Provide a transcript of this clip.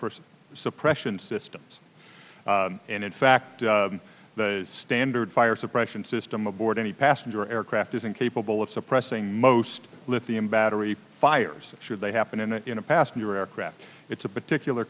person suppression systems and in fact the standard fire suppression system aboard any passenger aircraft isn't capable of suppressing most lithium battery fires should they happen in a passenger aircraft it's a particular